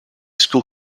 school